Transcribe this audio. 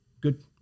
good